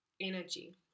energy